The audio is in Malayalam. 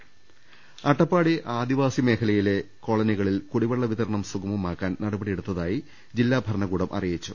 രുട്ട്ട്ട്ട്ട്ട്ട്ട അട്ടപ്പാടി ആദിവാസി മേഖലയിലെ കോളനികളിൽ കുടിവെള്ള വിത ട രണം സുഗമമാക്കാൻ നടപടിയെടുത്തതായി ജില്ലാ ഭരണകൂടം അറിയിച്ചു